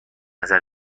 نظر